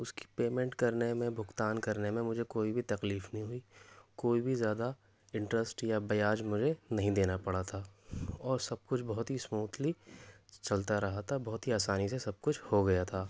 اس کی پیمنٹ کرنے میں بھگتان کرنے میں مجھے کوئی بھی تکلیف نہیں ہوئی کوئی بھی زیادہ انٹرسٹ یا بیاج مجھے نہیں دینا پڑا تھا اور سب کچھ بہت اسموتھلی چلتا رہا تھا بہت ہی آسانی سے سب کچھ ہو گیا تھا